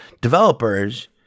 developers